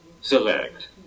Select